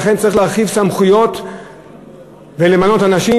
ולכן צריך להרחיב סמכויות ולמנות אנשים?